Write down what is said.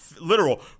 literal –